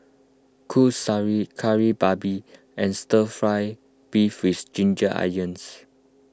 Kuih Syara Kari Babi and Stir Fry Beef with Ginger Onions